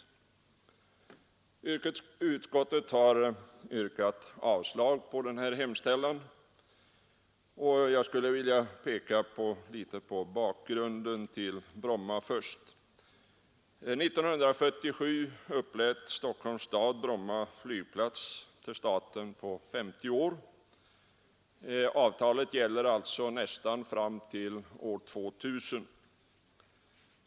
Utskottet har yrkat avslag på denna hemställan, och jag skulle därför vilja säga några ord om bakgrunden när det gäller Bromma flygfält. År 1947 upplät Stockholms stad Bromma flygplats till staten på 50 år. Avtalet gäller alltså nästan fram till år 2 000.